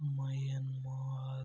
Myanmar